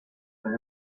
tres